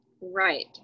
Right